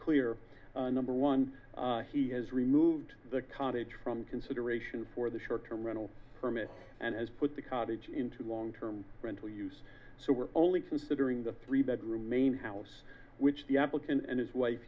clear number one he has removed the cottage from consideration for the short term rental permit and has put the cottage into long term rental use so we're only considering the three bedroom main house which the applicant and his wife